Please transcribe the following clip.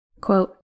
Quote